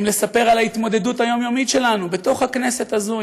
האם לספר על ההתמודדות היומיומית שלנו בתוך הכנסת הזאת,